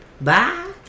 Bye